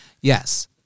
yes